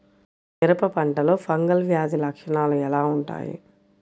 మిరప పంటలో ఫంగల్ వ్యాధి లక్షణాలు ఎలా వుంటాయి?